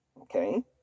okay